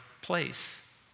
place